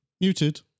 Muted